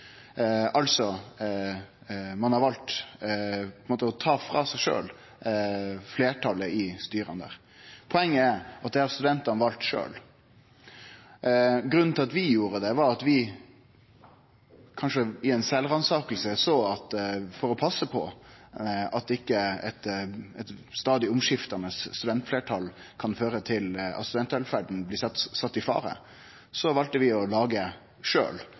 på ein måte valt å ta frå seg sjølv fleirtalet i styret. Poenget er at det har studentane valt sjølve. Grunnen til at vi gjorde det, var at vi – kanskje i ei sjølvransaking – såg at for å passe på at ikkje eit stadig skiftande studentfleirtal kan føre til at studentvelferda blir sett i fare, så valde vi sjølve å lage